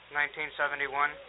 1971